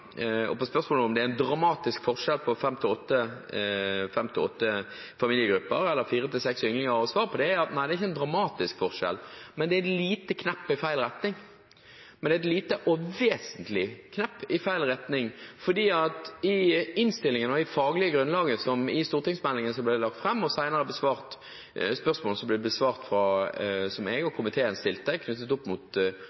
ynglinger. På spørsmålet om det er en dramatisk forskjell på fem–åtte familiegrupper og fire–seks ynglinger, er svaret at det ikke er en dramatisk forskjell, men det er et lite knepp i feil retning – et lite og vesentlig knepp i feil retning. I innstillingen og i det faglige grunnlaget i stortingsmeldingen som ble lagt fram, og senere når det gjelder spørsmålet som jeg og komiteen stilte, og som ble besvart, knyttet til kjernespørsmålet, om vi tilfredsstiller Bern-konvensjonen, sier man veldig klart at med den felles ulvestammen som finnes i Sverige og